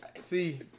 see